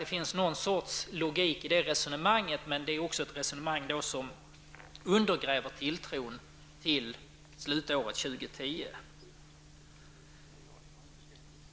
Det finns någon sorts logik i resonemanget, men det är också ett resonemang som undergräver tilltron till slutåret 2010.